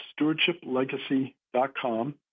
StewardshipLegacy.com